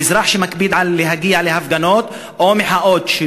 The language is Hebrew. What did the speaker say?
כאזרח שמקפיד להגיע להפגנות או מחאות,